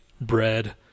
bread